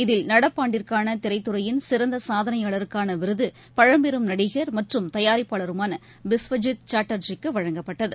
இதில் நடப்பாண்டிற்கான திரைத்துறையின் சிறந்த சாதனையாளருக்கான விருது பழம்பெரும் நடிகர் மற்றும் தயாரிப்பாளருமான பிஸ்வஜித் சாட்டர்ஜிக்கு வழங்கப்பட்டது